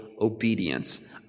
obedience